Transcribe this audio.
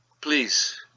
Please